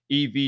EV